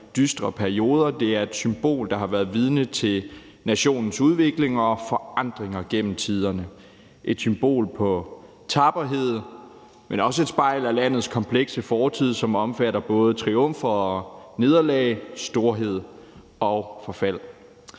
dystre perioder. Det er et symbol, der har været vidne til nationens udvikling og forandringer igennem tiderne. Det er et symbol på tapperhed, men også et spejl af landets komplekse fortid, som omfatter både triumfer og nederlag, storhed og fald.